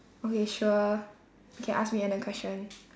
okay sure you can ask me another question